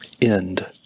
End